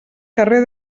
carrer